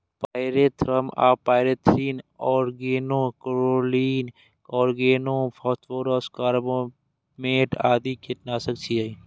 pyrethrum आ pyrethrin, organochlorine, organophosphorus, carbamate आदि कीटनाशक छियै